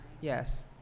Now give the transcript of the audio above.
Yes